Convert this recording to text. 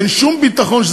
ואין שום ביטחון,